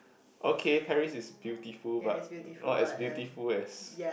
okay Paris is beautiful but not as beautiful as